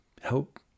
help